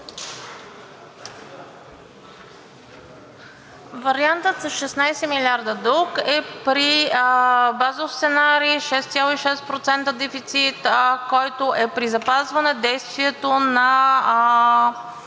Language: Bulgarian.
Вариантът с 16 милиарда дълг е при базов сценарий 6,6% дефицит, който е при запазване действието на